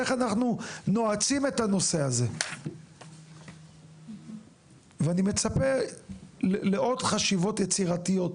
איך אנחנו נועצים את הנושא הזה ואני מצפה לעוד חשיבות יצירתיות,